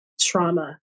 trauma